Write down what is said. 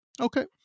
Okay